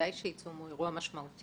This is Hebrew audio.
בוודאי שעיצום הוא אירוע משמעותי.